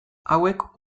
hauek